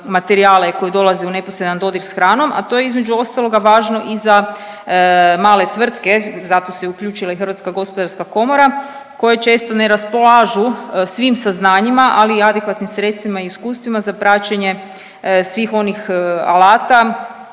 materijale koje dolaze u neposredan dodir s hranom, a to između ostaloga važno i za male tvrtke zato se i uključila i HGK koje često ne raspolažu svim saznanjima, ali i adekvatnim sredstvima iskustvima za praćenje svih onih alata